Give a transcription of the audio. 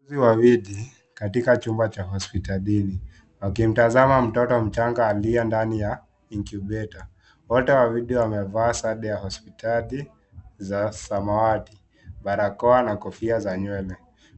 Wauguzi wawili katika chumba cha hosptalini wakimtazama mtoto mchanga aliye ndani ya incubator . Wote wawili wamevaa sare ya hospitali za samawati, barakoa na kofia za nywele.